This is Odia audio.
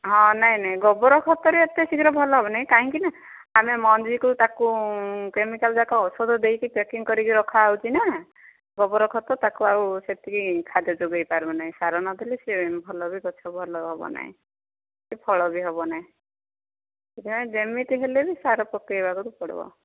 ହଁ ନାହିଁ ନାହଁ ଗୋବର ଖତରେ ଏତେ ଶୀଘ୍ର ଭଲ ହେବନି କାହିଁକିନା ଆମେ ମଞ୍ଜିକୁ ତାକୁ କେମିକାଲ୍ ଯାକ ଔଷଧ ଦେଇକି ପ୍ୟାକିଂ କରିକି ରଖାହେଉଛି ନା ଗୋବର ଖତ ତାକୁ ଆଉ ସେତିକି ଖାଦ୍ୟ ଯୋଗାଇ ପାରୁ ନାହିଁ ସାର ନ ଦେଲେ ସେ ଭଲ ବି ଗଛ ଭଲ ହେବ ନାହିଁ କି ଫଳ ବି ହବ ନାହିଁ ସେଥିପାଇଁ ଯେମିତି ହେଲେ ବି ସାର ପକାଇବାରକୁ ପଡ଼ିବ